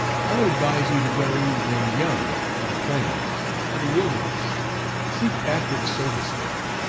i would advise you to go when young to the plains to the wilderness seek active service there,